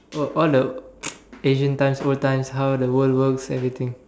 oh all the ancient times old times how the world works everything